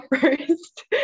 first